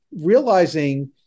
realizing